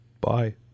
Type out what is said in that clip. bye